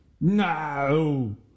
No